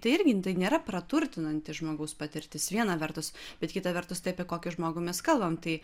tai irgi tai nėra praturtinanti žmogaus patirtis viena vertus bet kita vertus tai apie kokį žmogų mes kalbam tai